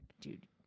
Dude